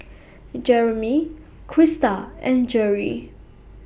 Jereme Crysta and Gerri